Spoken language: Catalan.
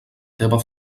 teua